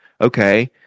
Okay